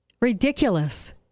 Ridiculous